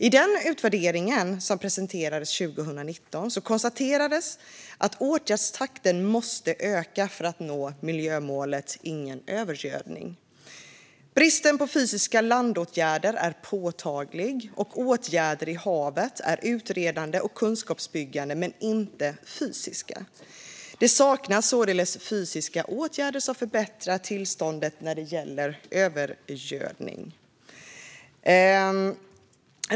I den utvärdering som presenterades 2019 konstateras att åtgärdstakten måste öka för att nå miljömålet Ingen övergödning. Bristen på fysiska landåtgärder är påtaglig, och åtgärder i havet är utredande och kunskapsuppbyggande men inte fysiska. Det saknas således fysiska åtgärder som förbättrar tillståndet när det gäller övergödning.